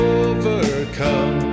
overcome